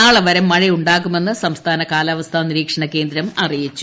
നാളെവരെ മഴ ഉ ാകുമെന്ന് സംസ്ഥാന കാലാവസ്ഥ നിരീക്ഷണ കേന്ദ്രം അറിയിച്ചു